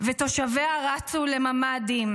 ותושביה רצו לממ"דים,